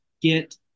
get